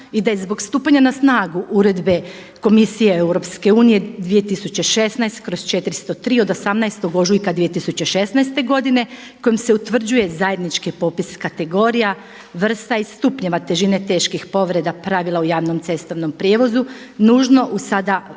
da je i zbog stupanja na snagu uredbe Komisije Europske unije 2016/403 od 18. ožujka 2016. godine kojim se utvrđuje zajednički popis kategorija, vrsta i stupnjeva težine teških povreda pravila u javnom cestovnom prijevozu nužno u sada važećem